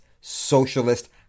socialist